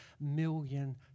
million